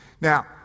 Now